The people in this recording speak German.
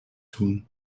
tun